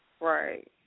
Right